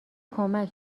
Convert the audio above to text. کمک